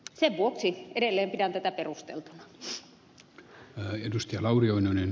sen vuoksi edelleen pidän tätä perusteltuna